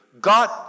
God